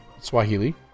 Swahili